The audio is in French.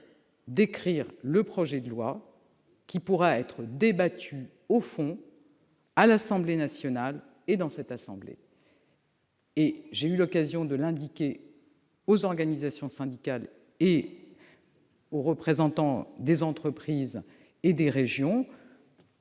d'écrire le projet de loi qui pourra être débattu sur le fond à l'Assemblée nationale et dans votre assemblée. J'ai eu l'occasion d'indiquer aux organisations syndicales et aux représentants des entreprises et des régions